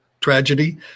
tragedy